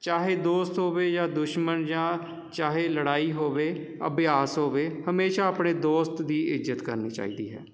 ਚਾਹੇ ਦੋਸਤ ਹੋਵੇ ਜਾਂ ਦੁਸ਼ਮਣ ਜਾਂ ਚਾਹੇ ਲੜਾਈ ਹੋਵੇ ਅਭਿਆਸ ਹੋਵੇ ਹਮੇਸ਼ਾ ਆਪਣੇ ਦੋਸਤ ਦੀ ਇੱਜ਼ਤ ਕਰਨੀ ਚਾਹੀਦੀ ਹੈ